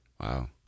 Wow